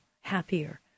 happier